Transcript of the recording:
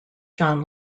jon